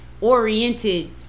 oriented